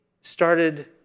started